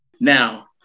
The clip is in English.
Now